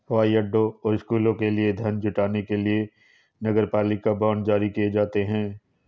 हवाई अड्डों और स्कूलों के लिए धन जुटाने के लिए नगरपालिका बांड जारी किए जाते हैं